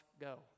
go